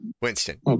Winston